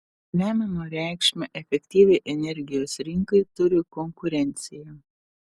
lemiamą reikšmę efektyviai energijos rinkai turi konkurencija